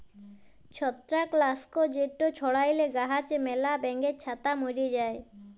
ছত্রাক লাসক যেট ছড়াইলে গাহাচে ম্যালা ব্যাঙের ছাতা ম্যরে যায়